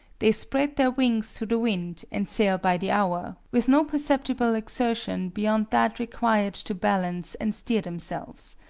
they spread their wings to the wind, and sail by the hour, with no perceptible exertion beyond that required to balance and steer themselves.